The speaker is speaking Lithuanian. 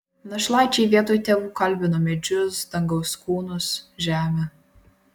našlaičiai vietoj tėvų kalbino medžius dangaus kūnus žemę